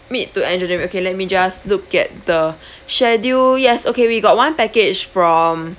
mid to end january okay let me just look at the schedule yes okay we got one package from